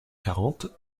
quarante